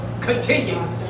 continue